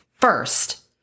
first